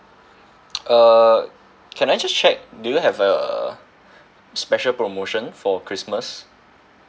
uh can I just check do you have uh special promotion for christmas